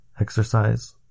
exercise